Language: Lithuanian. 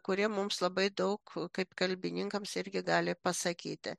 kuri mums labai daug kaip kalbininkams irgi gali pasakyti